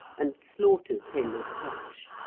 and slaughters him as such.